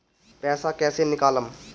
पैसा कैसे निकालम?